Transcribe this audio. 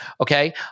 Okay